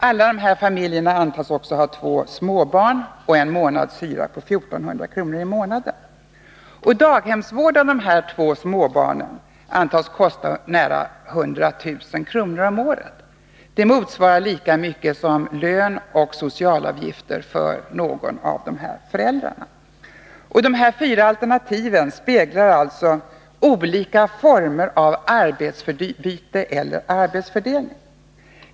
Alla familjerna antas också ha två småbarn och en månadshyra på 1400 kr. Daghemsvård av de två småbarnen antas kosta nära 100 000 kr. om året. Det motsvarar lika mycket som lön och socialavgifter för någon av föräldrarna. De fyra alternativen speglar alltså olika former av arbetsbyte eller arbetsfördelning.